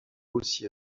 aussi